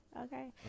okay